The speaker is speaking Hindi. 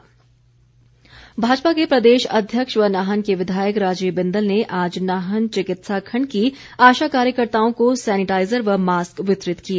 बिंदल भाजपा के प्रदेश अध्यक्ष व नाहन के विधायक राजीव बिंदल ने आज नाहन चिकित्सा खंड की आशा कार्यकर्ताओं को सैनेटाईजर व मास्क वितरित किए